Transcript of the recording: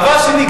דבר שני,